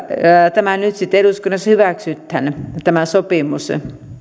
tämä sopimus nyt sitten eduskunnassa hyväksytään